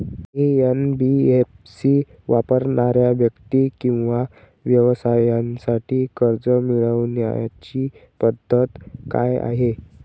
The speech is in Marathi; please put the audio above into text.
एन.बी.एफ.सी वापरणाऱ्या व्यक्ती किंवा व्यवसायांसाठी कर्ज मिळविण्याची पद्धत काय आहे?